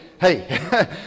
hey